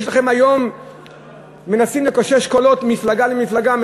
מנסים היום לקושש קולות, ממפלגה למפלגה.